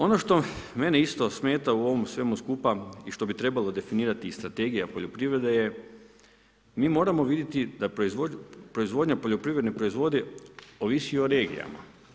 Ono što mene isto smeta u ovom svemu skupa i što bi trebalo definirati iz Strategije poljoprivrede je, mi moramo vidjeti da proizvodnja poljoprivrednih proizvoda ovisi o regijama.